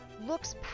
looks